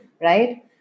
right